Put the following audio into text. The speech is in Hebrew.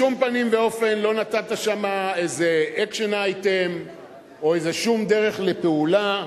בשום פנים ואופן לא נתת שם איזה action item או איזו דרך לפעולה.